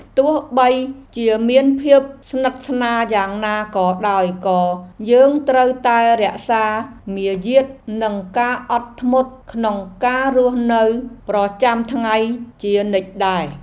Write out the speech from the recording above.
ទោះបីជាមានភាពស្និទ្ធស្នាលយ៉ាងណាក៏ដោយក៏យើងត្រូវតែរក្សាមារយាទនិងការអត់ធ្មត់ក្នុងការរស់នៅប្រចាំថ្ងៃជានិច្ចដែរ។